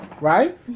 right